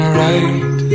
right